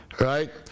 right